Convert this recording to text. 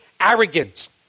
arrogance